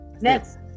next